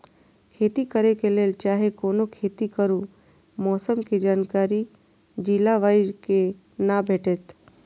खेती करे के लेल चाहै कोनो खेती करू मौसम के जानकारी जिला वाईज के ना भेटेत?